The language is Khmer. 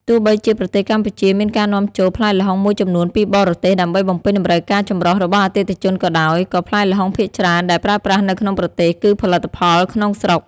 ទោះបីជាប្រទេសកម្ពុជាមានការនាំចូលផ្លែល្ហុងមួយចំនួនពីបរទេសដើម្បីបំពេញតម្រូវការចម្រុះរបស់អតិថិជនក៏ដោយ ក៏ផ្លែល្ហុងភាគច្រើនដែលប្រើប្រាស់នៅក្នុងប្រទេសគឺផលិតក្នុងស្រុក។